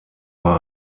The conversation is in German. war